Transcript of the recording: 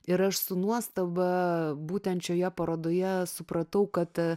ir aš su nuostaba būtent šioje parodoje supratau kad